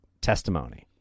testimony